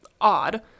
odd